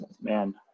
man